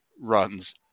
runs